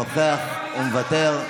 נוכח ומוותר,